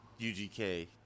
UGK